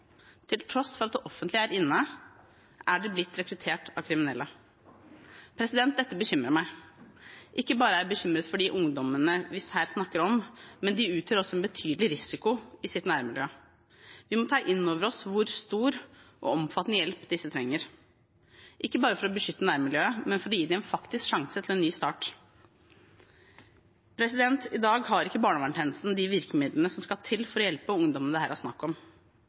Til tross for at det offentlige er inne, er de blitt rekruttert av kriminelle. Dette bekymrer meg. Ikke bare er jeg bekymret for de ungdommene vi her snakker om, men de utgjør også en betydelig risiko i sitt nærmiljø. Vi må ta inn over oss hvor stor og omfattende hjelp disse trenger, ikke bare for å beskytte nærmiljøet, men for å gi dem en faktisk sjanse til en ny start. I dag har ikke barneverntjenesten de virkemidlene som skal til for å hjelpe ungdommene det her er snakk om.